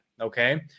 Okay